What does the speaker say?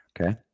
Okay